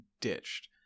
ditched